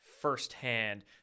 firsthand